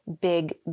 big